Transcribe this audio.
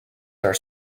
are